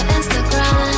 Instagram